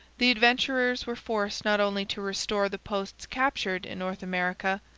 the adventurers were forced not only to restore the posts captured in north america,